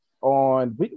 on